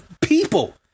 people